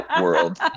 world